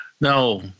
no